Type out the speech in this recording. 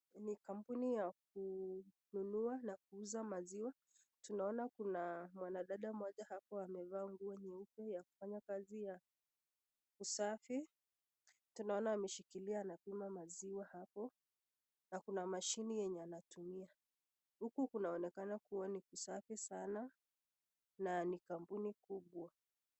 Ni kambuni ya kununua na kuuza maziwa, tunaona kuna mwana dada mmoja hapo amefaa nguo nyeupe ya kufanya kazi ya usafi, tunaona ameshikilia na kupima maziwa hapo na kuna mashini yenye anatumia, huku kunaonekana kuwa ni kusafi sana na ni kambuni kubwa.